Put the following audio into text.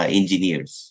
engineers